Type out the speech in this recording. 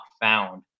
found